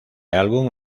álbum